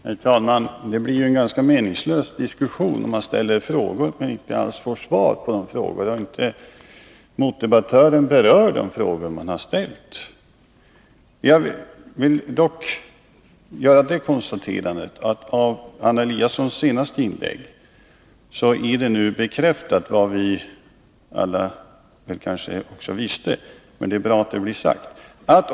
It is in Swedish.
Herr talman! Diskussionen blir ganska meningslös, om man av sin motdebattör inte alls får svar på de frågor som man har ställt. Jag vill dock göra det konstaterandet att det av Anna Eliassons senaste inlägg är bekräftat vad vi alla kanske redan visste — men det är bra att det blev sagt.